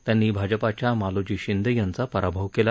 त्यांनी भाजपाच्या मालोजी शिंदे यांचा पराभव केला